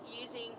using